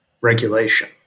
regulation